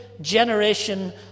generation